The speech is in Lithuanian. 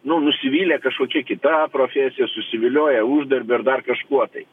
nu nusivylę kažkokia kita profesija susivilioję uždarbiu ar dar kažkuo tai